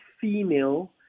female